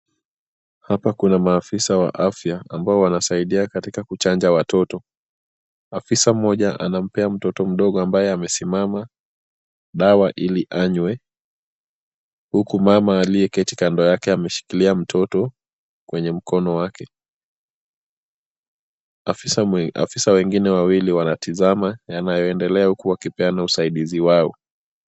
Hapa kuna maafisa wa afya ambao wanasaidia katika kuchanja watoto. Afisa mmoja anampea mtoto mdogo ambaye amesimama dawa ili anywe. Huku mama aliyeketi kando yake ameshikilia mtoto kwenye mkono wake. Afisa wengine wawili wanatazama yanayoendelea, huku wakipeana usaidizi wao.